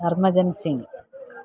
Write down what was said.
Harbhajan Singh